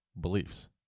beliefs